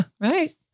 right